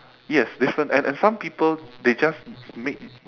yes different and and some people they just make